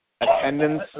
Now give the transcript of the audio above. Attendance